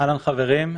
אהלן, חברים.